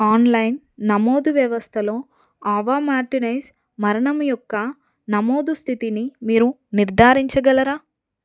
online నమోదు వ్యవస్థలో ఆవా మార్టినైజ్ మరణం యొక్క నమోదు స్థితిని మీరు నిర్ధారించగలరా